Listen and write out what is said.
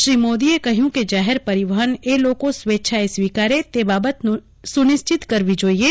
શ્રી મોદી એ કહ્યું કે જાહરે પરિવહન એ લોકો સ્વેચ્છાએ સ્વીકારે તે બાબત સુનિશ્ચિત કરવી જોઈએ